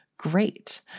great